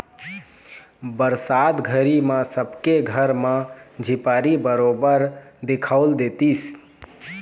बरसात घरी म सबे के घर म झिपारी बरोबर दिखउल देतिस